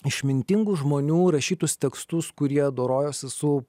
išmintingų žmonių rašytus tekstus kurie dorojosi su